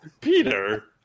Peter